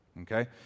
Okay